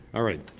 alright.